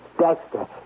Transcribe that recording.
Dexter